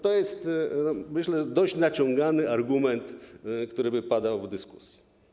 To jest, myślę, dość naciągany argument, który by padał w dyskusji.